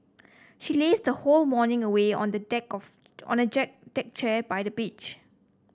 she lazed her whole morning away on the deck of on the deck chair by the beach